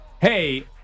hey